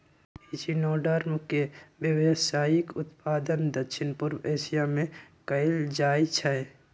echinoderm के व्यावसायिक उत्पादन दक्षिण पूर्व एशिया में कएल जाइ छइ